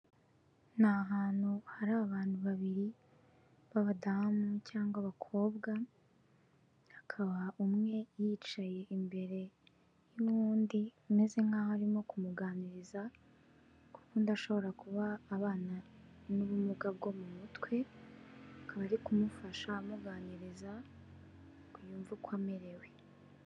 Ni hantu hari abantu babiri b'abadamu cyangwa abakobwa, akaba umwe yicaye imbere y'undi ameze nkaho arimo kumuganiriza, kuko undi ashobora kuba abana n'ubumuga bwo mu mutwe, akaba ari kumufasha amuganiriza ngo yumve uko amerewe.